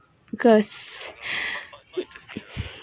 because